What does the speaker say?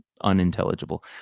unintelligible